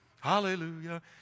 Hallelujah